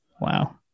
Wow